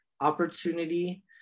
opportunity